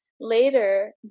Later